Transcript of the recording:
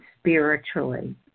spiritually